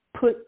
put